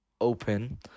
open